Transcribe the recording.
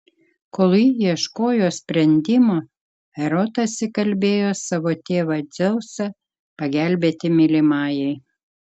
kol ji ieškojo sprendimo erotas įkalbėjo savo tėvą dzeusą pagelbėti mylimajai